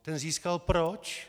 Ten získal proč?